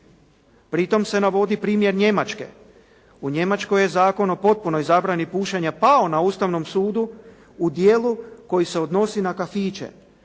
Pri tome se navodi primjer Njemačke. U Njemačkoj je zakon o potpunoj zabrani pušenja pao na Ustavnom sudu u dijelu koji se odnosi na kafiće,